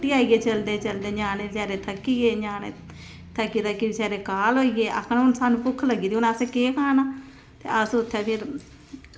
ते फ्ही चलदे चलदे थक्की गे ञ्यानें थक्की थक्की त्रकाल होई ते आक्खन लग्गे हून सानूं भुक्ख लग्गी दी हून असें केह् खाना ते अस उत्थें फिर